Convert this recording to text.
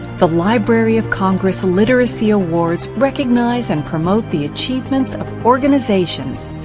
the library of congress literacy awards recognize, and promote the achievements of organizations,